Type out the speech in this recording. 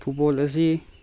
football ꯑꯁꯤ